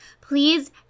please